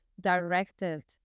directed